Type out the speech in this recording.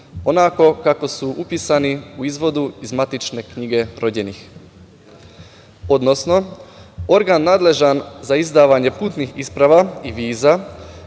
onako kako su upisani u izvodu iz matične knjige rođenih, odnosno organ nadležan za izdavanje putnih isprava i viza